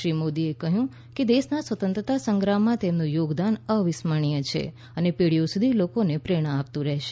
શ્રી મોદીએ કહ્યું કે દેશના સ્વતંત્રતા સંગ્રામમાં તેમનું યોગદાન અવિસ્મરણીય છે અને પેઢીઓ સુધી લોકોને પ્રેરણા આપતું રહેશે